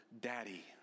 daddy